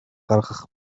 гаргах